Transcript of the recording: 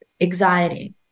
anxiety